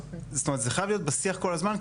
זאת אומרת זה חייב להיות בשיח כל הזמן.